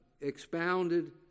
expounded